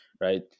right